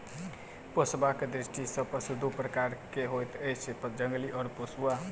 पोसबाक दृष्टिकोण सॅ पशु दू प्रकारक होइत अछि, जंगली आ पोसुआ